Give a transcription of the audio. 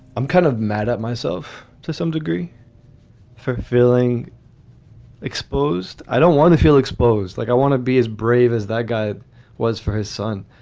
i'm kind of mad at myself to some degree fullfilling exposed. i don't want to feel exposed like i want to be as brave as that guy was for his son.